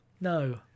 No